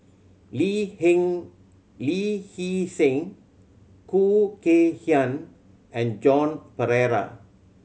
Lee Lee Hee Seng Khoo Kay Hian and Joan Pereira